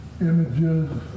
images